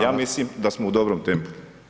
Ja mislim da smo u dobrom tempu.